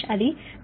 అది 1507